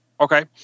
Okay